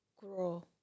grow